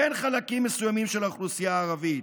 בין חלקים מסוימים של האוכלוסייה הערבית.